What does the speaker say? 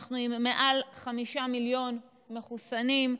אנחנו עם מעל חמישה מיליון מחוסנים,